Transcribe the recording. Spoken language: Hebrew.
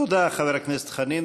תודה, חבר הכנסת חנין.